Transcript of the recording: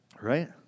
right